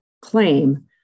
claim